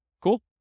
Cool